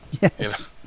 Yes